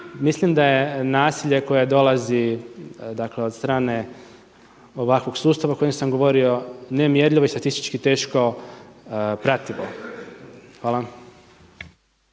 Mislim da je nasilje koje dolazi od strane ovakvog stava o kojem sam govorio, nemjerljivo i statistički teško prativo. Hvala.